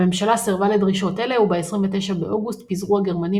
הממשלה סירבה לדרישות אלה וב-29 באוגוסט פיזרו הגרמנים